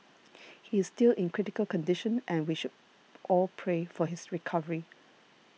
he is still in critical condition and we should all pray for his recovery